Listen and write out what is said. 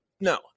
no